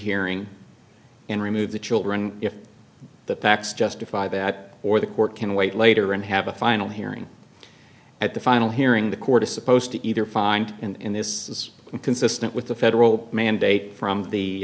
hearing and remove the children if the facts justify that or the court can wait later and have a final hearing at the final hearing the court is supposed to either find in this is consistent with the federal mandate from the